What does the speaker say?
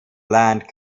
land